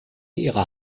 ihrer